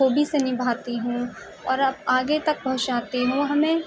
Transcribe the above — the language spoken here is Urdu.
خوبی سے نبھاتی ہوں اور آپ آگے تک پہنچاتی ہوں ہمیں